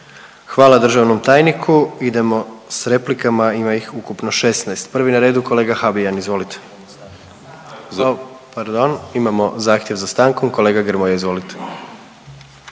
Hvala državnom tajniku. Idemo s replikama ima ih ukupno 16, prvi je na redu kolega Habijan. Izvolite. Pardon, imamo zahtjev za stankom kolega Grmoja, izvolite.